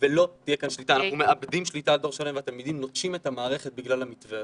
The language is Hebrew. אנחנו מבינים שהם לא שותפו בתהליך.